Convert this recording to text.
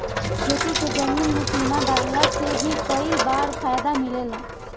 खेती के जमीन में चूना डालला से भी कई बार फायदा मिलेला